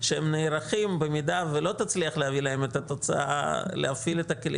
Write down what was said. שהם נערכים במידה ולא תצליח להביא להם את התוצאה להפעיל את הכלים